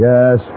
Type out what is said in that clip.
Yes